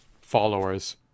followers